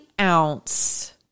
ounce